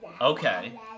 Okay